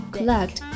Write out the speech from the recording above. Collect